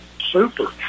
Super